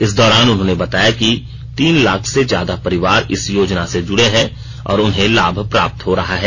इस दौरान उन्हें बताया गया कि तीन लाख से ज्यादा परिवार इस योजना से जुड़े हैं और उन्हें लाभ प्राप्त हो रहा है